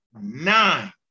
nine